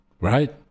right